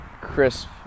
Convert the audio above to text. crisp